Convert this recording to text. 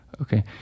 Okay